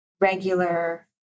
regular